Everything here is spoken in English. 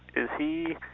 is he.